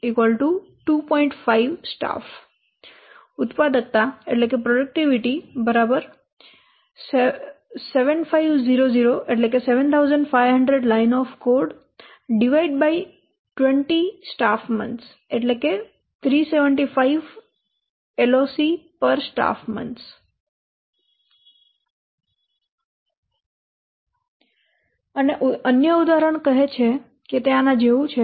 5 staff ઉત્પાદકતા 7500 LOC 20 staff મહિનાઓ 375 LOCસ્ટાફ મહિનાઓ અને અન્ય ઉદાહરણ કહે છે કે તે આના જેવું છે